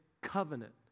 covenant